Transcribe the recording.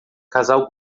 casal